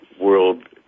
world